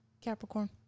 Capricorn